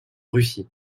russie